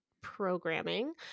programming